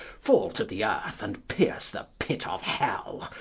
fall to the earth, and pierce the pit of hell,